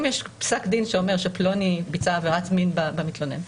אם יש פסק דין שאומר שפלוני ביצע עבירת מין במתלונן,